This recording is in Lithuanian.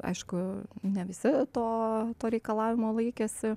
aišku ne visi to to reikalavimo laikėsi